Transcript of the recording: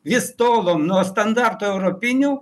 vis tolom nuo standartų europinių